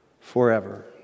forever